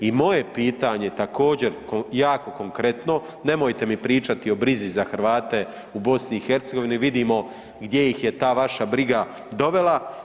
I moje pitanje također jako konkretno, nemojte mi pričati o brizi za Hrvate u BiH, vidimo gdje ih je ta vaša briga dovela.